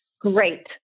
Great